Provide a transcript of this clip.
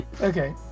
Okay